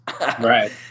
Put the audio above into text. Right